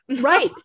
Right